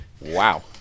Wow